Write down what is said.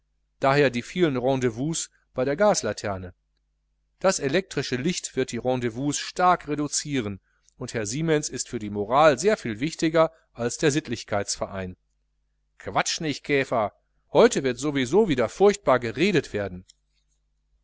daher die vielen rendezvous bei der gaslaterne das elektrische licht wird die rendezvous stark reduzieren und herr siemens ist für die moral sehr viel wichtiger als der sittlichkeitsverein quatsch nich käfer heute wird so wie so wieder furchtbar geredet werden